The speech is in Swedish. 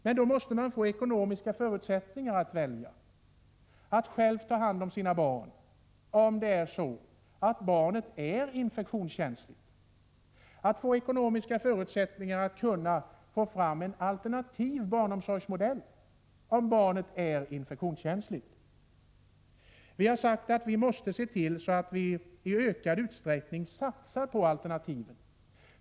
Men då måste man få ekonomiska förutsättningar att kunna göra ett val, bl.a. att själv kunna ta hand om sitt barn om det är infektionskänsligt. Det gäller att skapa ekonomiska förutsättningar för en alternativ barnomsorgsmodell för sådana fall. Vi har sagt att man i ökad utsträckning måste satsa på alternativen.